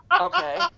Okay